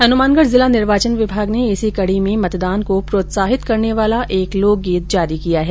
हनुमानगढ़ जिला निर्वाचन विभाग ने इसी कड़ी में मतदान को प्रोत्साहित करने वाला एक लोकगीत जारी किया है